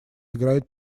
играет